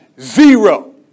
zero